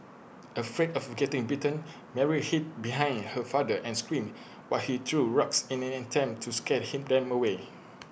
afraid of getting bitten Mary hid behind her father and screamed while he threw rocks in an attempt to scare him them away